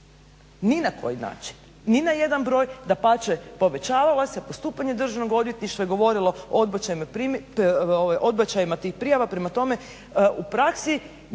Ni na koji način, ni na jedan broj dapače povećavale se, postupanje Državnog odvjetništva je govorilo o odbačajima tih prijava. Prema tome, u praksi nije